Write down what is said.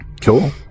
Cool